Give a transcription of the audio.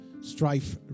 strife